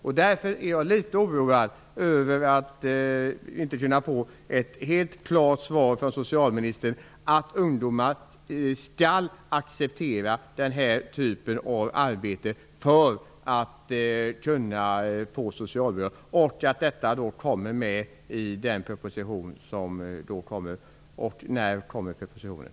Jag är därför litet oroad över att inte kunna få ett helt klart svar från socialministern att ungdomar skall acceptera denna typ av arbete för att kunna få socialbidrag. Detta måste finnas med i den proposition som skall läggas fram. När kommer propositionen?